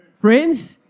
Friends